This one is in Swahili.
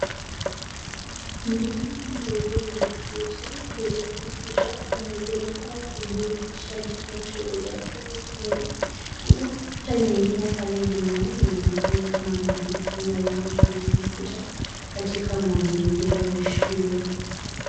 Mvulana mdogo ameketi mbele ya kompyuta anaonekana kujihusisha na kinachoendelea kwenye skrini. Kuna kompyuta nyingine karibu naye inaonekana kama anajifunza kutumia kompyuta katika mazingira ya shule.